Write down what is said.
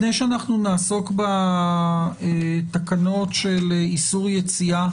התשפ"ב-2021 לפני שאנחנו נעסוק בתקנות של איסור יציאה